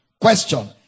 Question